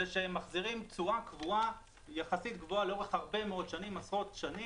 זה שהם מחזירים תשואה קבועה ויחסית גבוהה לאורך עשרות שנים.